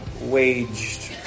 waged